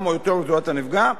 תהא עוולה אזרחית.